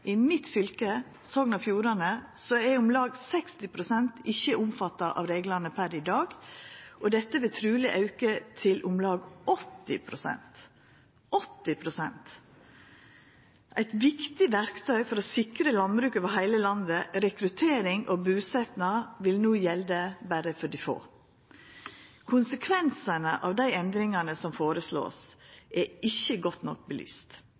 I mitt fylke, Sogn og Fjordane, er om lag 60 pst. ikkje omfatta av reglane per i dag, og dette vil truleg auka til om lag 80 pst. Eit viktig verktøy for å sikra landbruket over heile landet – rekruttering og busetnad vil no gjelda berre for dei få. Konsekvensane av dei endringane som vert føreslått, er ikkje godt nok belyst,